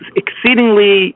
exceedingly